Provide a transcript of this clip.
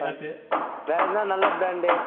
ஆ வேறு எதனா நல்ல ப்ராண்டு